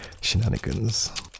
shenanigans